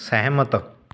ਸਹਿਮਤ